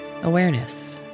Awareness